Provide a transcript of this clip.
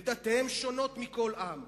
ודתיהם שונות מכל עם,